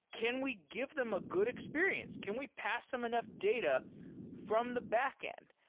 can we give them a good experience? can we pass them enough data from the backend?